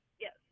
yes